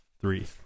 three